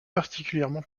particulièrement